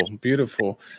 beautiful